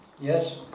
Yes